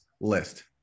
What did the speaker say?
list